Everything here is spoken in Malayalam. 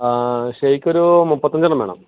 ഷേക്ക് ഒരു മുപ്പത്തഞ്ച് എണ്ണം വേണം